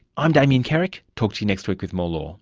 i'm damien carrick, talk to you next week with more law